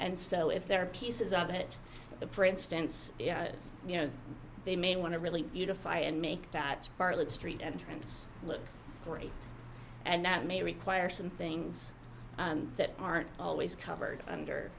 and so if there are pieces of it for instance you know they may want to really beautiful and make that bartlett street entrance look great and that may require some things that aren't always covered under